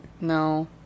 No